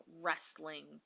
wrestling